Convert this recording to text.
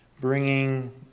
bringing